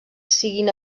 siguin